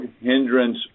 hindrance